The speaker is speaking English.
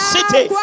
city